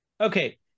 Okay